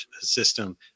system